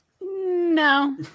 No